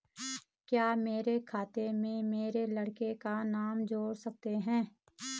क्या मेरे खाते में मेरे लड़के का नाम जोड़ सकते हैं?